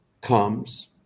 comes